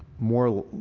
more,